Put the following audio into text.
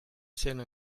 cent